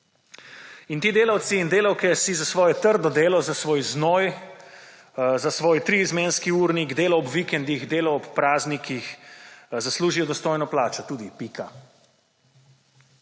In ti delavci in delavke si za svoje trdo delo, za svoj znoj, za svoj triizmenski urnik, delo ob vikendih, delo ob praznikih zaslužijo dostojno plačo, tudi pika.